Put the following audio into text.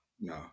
No